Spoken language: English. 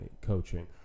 coaching